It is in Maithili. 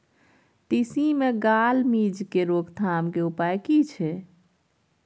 तिसी मे गाल मिज़ के रोकथाम के उपाय की छै?